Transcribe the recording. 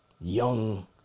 young